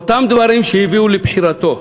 אותם דברים שהביאו לבחירתו?